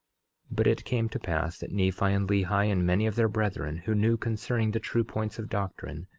but it came to pass that nephi and lehi, and many of their brethren who knew concerning the true points of doctrine,